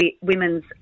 women's